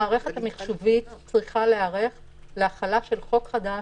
המערכת המחשובית צריכה להיערך להחלה של חוק חדש,